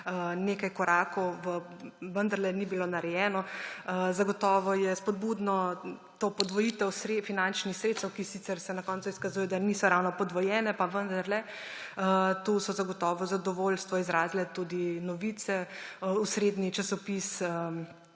nekaj korakov vendarle ni bilo narejeno. Zagotovo je spodbudna ta podvojitev finančnih sredstev, za katere se sicer na koncu izkazuje, da niso ravno podvojene, pa vendarle. To zadovoljstvo so zagotovo izrazile tudi Novice, osrednji časopis